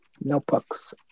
Notebooks